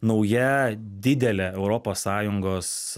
nauja didelė europos sąjungos